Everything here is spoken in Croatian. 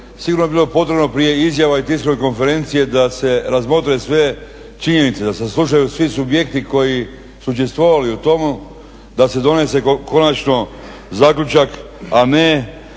sigurno bi bilo potrebno prije izjava i tiskovne konferencije da se razmotre sve činjenice, da se saslušaju svi subjekti koji su učestvovali u tomu, da se donese konačno zaključak a ne